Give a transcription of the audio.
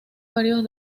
varios